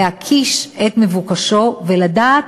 להקיש את מבוקשו ולדעת